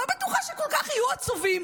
אני לא בטוחה שכל כך יהיו עצובים.